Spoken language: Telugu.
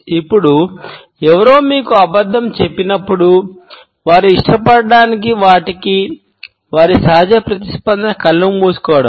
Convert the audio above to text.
ఇప్పుడు ఎవరో మీకు అబద్ధం చెప్పినప్పుడు వారు ఇష్టపడని వాటికి వారి సహజ ప్రతిస్పందన కళ్ళు మూసుకోవడం